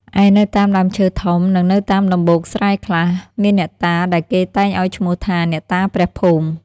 ឯនៅតាមដើមឈើធំ និងនៅតាមដំបូកមុមស្រែខ្លះ មានអ្នកតាដែលគេតែងឱ្យឈ្មោះថា អ្នកតាព្រះភូមិ។